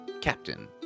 captain